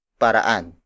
paraan